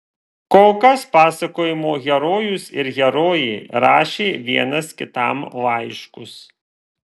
kol kas pasakojimo herojus ir herojė rašė vienas kitam laiškus